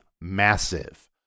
massive